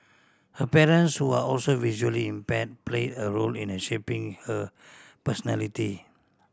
her parents who are also visually impaired play a role in shaping her personality